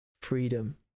Freedom